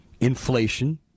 inflation